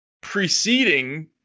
preceding